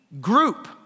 group